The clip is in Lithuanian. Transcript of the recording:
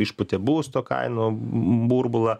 išpūtė būsto kainų burbulą